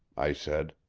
i said.